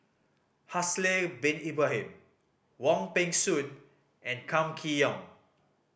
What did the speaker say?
Haslir Bin Ibrahim Wong Peng Soon and Kam Kee Yong